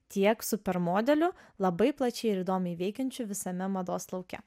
tiek super modeliu labai plačiai ir įdomiai veikiančiu visame mados lauke